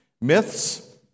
Myths